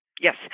Yes